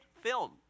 film